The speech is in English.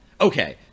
okay